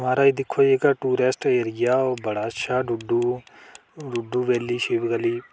मा'राज दिक्खो जेह्का टूरिस्ट एरिया ओह् बड़ा अच्छा डुड्डू ओह् डुड्डू वैल्ली शिव गली